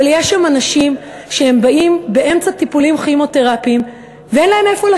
אבל יש שם אנשים שבאים באמצע טיפולים כימותרפיים ואין להם איפה לשבת,